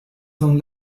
son